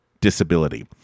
disability